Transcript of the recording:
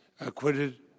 acquitted